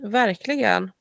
verkligen